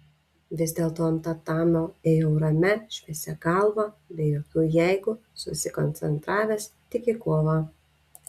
vis dėlto ant tatamio ėjau ramia šviesia galva be jokių jeigu susikoncentravęs tik į kovą